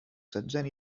setzena